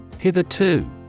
Hitherto